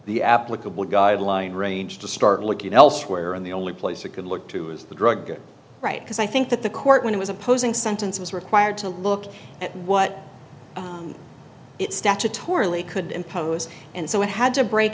the applicable guideline range to start looking elsewhere in the only place you could look to is the drug get right because i think that the court when it was opposing sentence was required to look at what it statutorily could impose and so i had to break